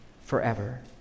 forever